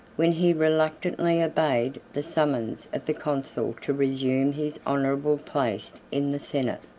when he reluctantly obeyed the summons of the consul to resume his honorable place in the senate,